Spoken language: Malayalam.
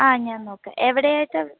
ആ ഞാൻ നോക്കാം എവിടെ ആയിട്ടാണ്